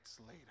later